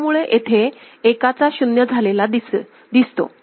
त्यामुळे येथे एकाचा शून्य झालेला दिसतो